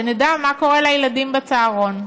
שנדע מה קורה לילדים בצהרון.